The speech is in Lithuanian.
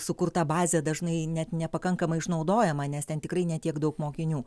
sukurta bazė dažnai net nepakankamai išnaudojama nes ten tikrai ne tiek daug mokinių